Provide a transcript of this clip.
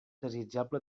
desitjable